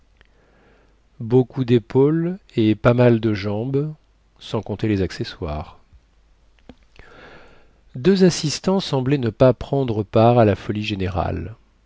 beaucoup dépaules et pas mal de jambes sans compter les accessoires deux assistants semblaient ne pas prendre part à la folie générale